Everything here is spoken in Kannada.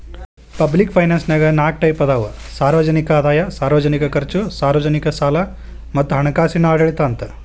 ಪಬ್ಲಿಕ್ ಫೈನಾನ್ಸನ್ಯಾಗ ನಾಲ್ಕ್ ಟೈಪ್ ಅದಾವ ಸಾರ್ವಜನಿಕ ಆದಾಯ ಸಾರ್ವಜನಿಕ ಖರ್ಚು ಸಾರ್ವಜನಿಕ ಸಾಲ ಮತ್ತ ಹಣಕಾಸಿನ ಆಡಳಿತ ಅಂತ